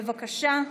בבקשה,